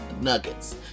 Nuggets